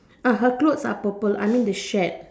uh her clothes are purple I mean the shed